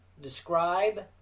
describe